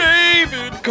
David